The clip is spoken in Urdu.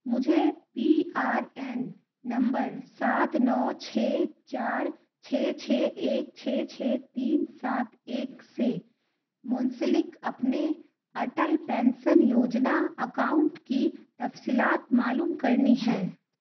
مجھے پی آر این نمبر سات نو چھ چار چھ چھ ایک چھ چھ تین سات ایک سے منسلک اپنے اٹل پینسن یوجنا اکاؤنٹ کی تفصیلات معلوم کرنی ہے